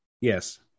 Yes